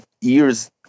years